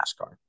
NASCAR